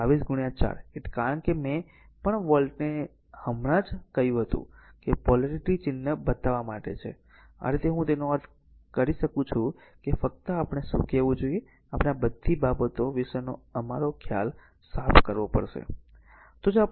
તેથી 22 4 કારણ કે મેં જે પણ વોલ્ટ ને હમણાં જ કહ્યું હતું કે પોલારીટી ચિહ્ન બતાવવા માટે છે આ રીતે હું તેનો અર્થ કરી શકું છું કે ફક્ત આપણે શું કહેવું જોઈએ આપણે આ બધી બાબતો વિશેનો અમારો ખ્યાલ સાફ કરવો પડશે